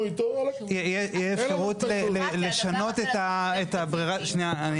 תהיה אפשרות לשנות את ברירת --- שנייה,